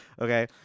Okay